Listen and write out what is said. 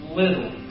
little